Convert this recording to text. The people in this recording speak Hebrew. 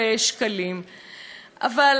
למה צריך להגיע למצב הזה?